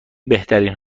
بهترین